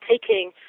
taking